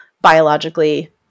biologically